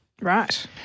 Right